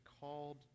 called